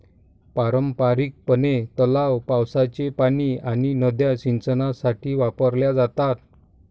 पारंपारिकपणे, तलाव, पावसाचे पाणी आणि नद्या सिंचनासाठी वापरल्या जातात